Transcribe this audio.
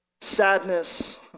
sadness